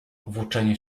włóczenie